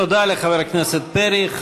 תודה לחבר הכנסת פרי.